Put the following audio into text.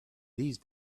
these